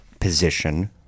position